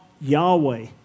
Yahweh